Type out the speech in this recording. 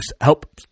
help